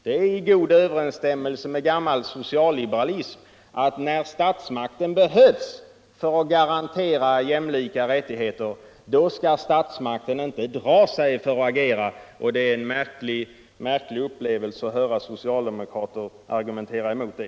Det är i god överensstämmelse med gammal social liberalism att när statsmakten behövs för att garantera jämlika rättigheter, då skall den inte dra sig för att agera. Det är en märklig upplevelse att höra socialdemokrater argumentera mot det.